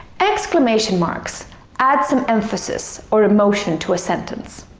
exclamation marks add some emphasis or emotion to a sentence.